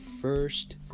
first